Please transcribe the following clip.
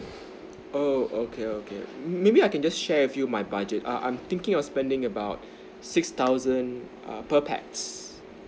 oh okay okay may~ maybe I can just share with you my budget err I I'm thinking of spending about six thousand err per pax